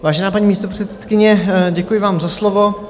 Vážená paní místopředsedkyně, děkuji vám za slovo.